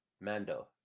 Mando